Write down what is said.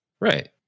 Right